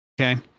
Okay